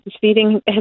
Feeding